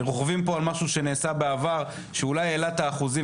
רוכבים פה על משהו שנעשה בעבר שאולי העלה את האחוזים,